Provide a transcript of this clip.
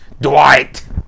Dwight